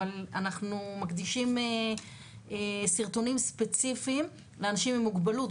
אבל אנחנו מקדישים סרטונים ספציפיים לאנשים עם מוגבלות,